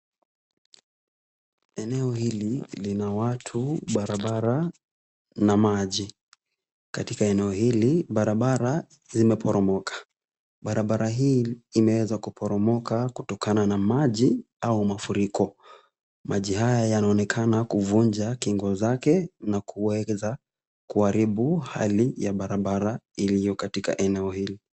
Eneo hili lina watu, barabara na maji. Katika eneo hili barabara zimeporomoka. Barabara hii imeweza kuporomoka kutokana na maji au mafuriko. Maji haya yanaonekana kuvunja kingo zake na kuweza kuharibu hali ya barabara iliyo katika eneo hili.